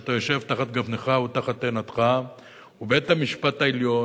שאתה יושב תחת גפנך ותחת תאנתך ובית-המשפט העליון,